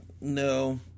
No